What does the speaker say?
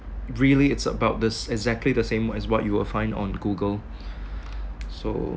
really it's about this exactly the same as what you will find on google so